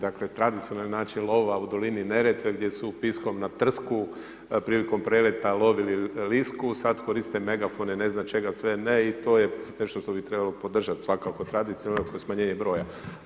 Dakle, tradicionalni način lova u dolini Neretve, gdje su… [[Govornik se ne razumije]] na trsku prilikom preleta lovili lisku, sada koriste megafone, ne znam čega sve ne i to je nešto što bi trebalo podržati svakako tradicionalno oko smanjenja broja.